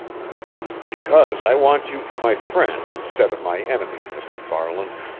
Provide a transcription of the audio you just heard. because i want you for my friend instead of my enemy, mr. farland,